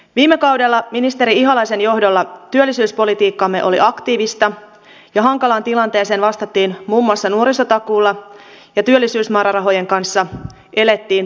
viime kaudella ministeri ihalaisen johdolla työllisyyspolitiikkamme oli aktiivista ja hankalaan tilanteeseen vastattiin muun muassa nuorisotakuulla ja työllisyysmäärärahojen kanssa elettiin pääsääntöisesti ajassa